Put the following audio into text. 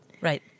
Right